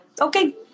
okay